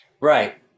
Right